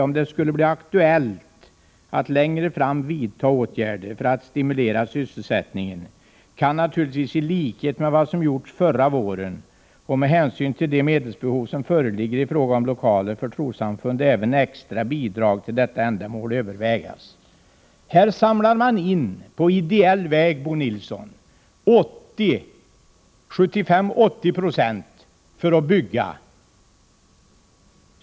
”Om det skulle bli aktuellt att längre fram vidta åtgärder för att stimulera sysselsättningen”, står det, ”kan naturligtvis i likhet med vad som gjordes förra våren och med hänsyn till det medelsbehov som föreligger i fråga om lokaler för trossamfund även extra bidrag till detta ändamål övervägas.” Här samlar man in på ideell väg, Bo Nilsson, 75-80 96 av de pengar som behövs för att bygga.